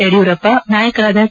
ಯಡಿಯೂರಪ್ಪ ನಾಯಕರಾದ ಕೆ